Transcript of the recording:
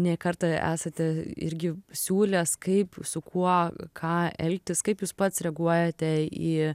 ne kartą esate irgi siūlęs kaip su kuo ką elgtis kaip jūs pats reaguojate į